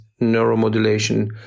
neuromodulation